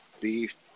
beef